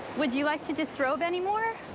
would you like to disrobe anymore?